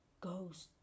ghost